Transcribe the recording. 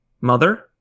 Mother